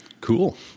Cool